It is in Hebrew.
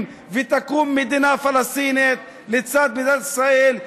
ותקום מדינה פלסטינית לצד מדינת ישראל.